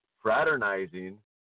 fraternizing